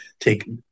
take